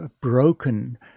broken